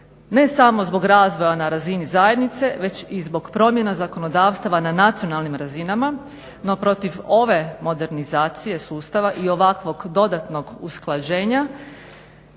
ne samo zbog razvoja na razini zajednice već i zbog promjena zakonodavstava na nacionalnim razinama. No, protiv ove modernizacije sustava i ovakvog dodatnog usklađenja